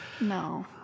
no